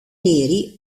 neri